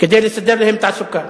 כדי לסדר להם תעסוקה.